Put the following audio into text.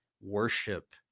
worship